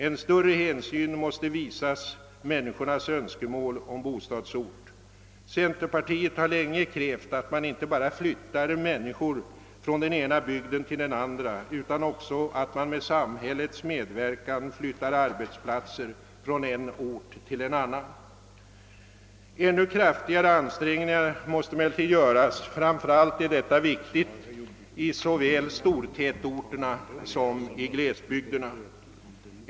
En större hänsyn måste visas människornas önskemål om bostadsort. Centerpartiet har länge krävt att man inte bara skall flytta människor från den ena bygden till den andra utan att man också med samhällets medverkan flyttar arbetsplatser från en ort till en annan. Ännu kraftigare ansträngningar måste emellertid göras. Framför allt är detta viktigt i såväl stortätorterna som i glesbygderna.